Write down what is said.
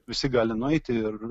visi gali nueiti ir